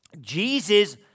Jesus